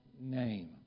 name